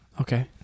Okay